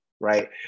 right